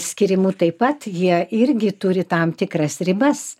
skyrimu taip pat jie irgi turi tam tikras ribas